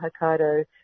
Hokkaido